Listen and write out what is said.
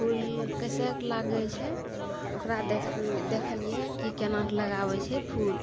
फूल कैसेक लागै छै ओकरा देख देखलियै कि केना कऽ लगाबै छै फूल